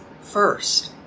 first